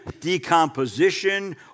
decomposition